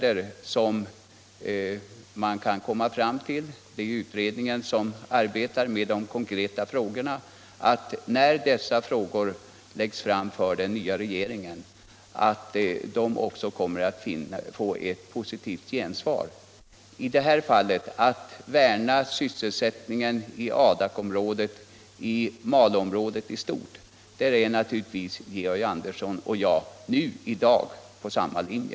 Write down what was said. En utredning arbetar med de konkreta frågorna. När utredningen för den nya regeringen presenterar sitt förslag, hoppas jag att det möter ett positivt gensvar och att man får fram åtgärder för att värna sysselsättningen i Adakområdet och i Malåområdet i stort. Där är naturligtvis Georg Andersson och jag i dag på samma linje.